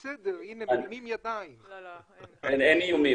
אין איומים.